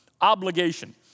Obligation